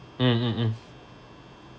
mm mm mm